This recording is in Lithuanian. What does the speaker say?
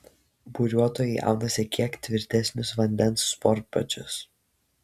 buriuotojai aunasi kiek tvirtesnius vandens sportbačius